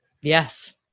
Yes